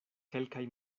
kelkaj